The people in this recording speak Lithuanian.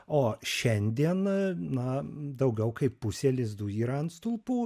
o šiandien na daugiau kaip pusė lizdų yra ant stulpų